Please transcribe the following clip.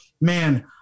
man